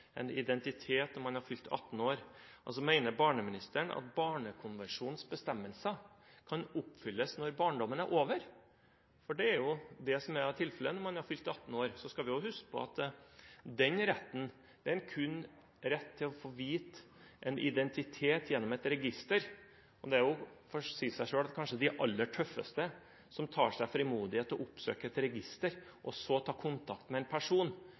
en identitet når man har fylt 18 år. Mener barneministeren at Barnekonvensjonens bestemmelser kan oppfylles når barndommen er over? Det er det som er tilfellet når man har fylt 18 år. Vi skal også huske på at den retten er kun retten til å få vite en identitet gjennom et register. Det sier seg selv at det kanskje bare er de aller tøffeste som tar mot til seg og oppsøker et register, og så tar kontakt med en person,